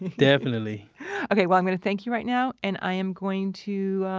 definitely okay, well i'm going to thank you right now and i am going to,